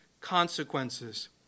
consequences